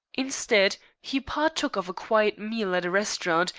instead, he partook of a quiet meal at a restaurant,